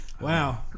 Wow